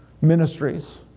Ministries